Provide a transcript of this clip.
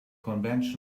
convention